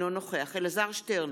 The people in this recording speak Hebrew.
אינו נוכח אלעזר שטרן,